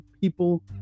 people